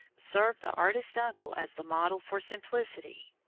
served the artist uncle as the model for simplicity.